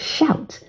Shout